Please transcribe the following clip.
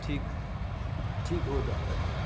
ठीक ठीक हो जा रहा है